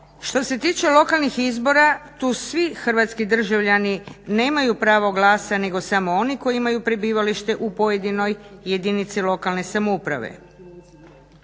Što se tiče lokalnih izbora tu svi hrvatski državljani nemaju pravo glasa nego samo oni koji imaju prebivalište u pojedinoj jedinici lokalne samouprave.